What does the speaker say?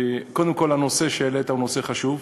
קודם כול, הנושא שהעלית הוא נושא חשוב.